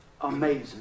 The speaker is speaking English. Amazing